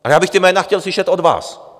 Ale já bych ta jména chtěl slyšet od vás.